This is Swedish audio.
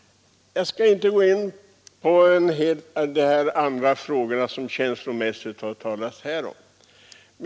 Jag skall inte gå in på de frågor som man här så känslomässigt har talat om.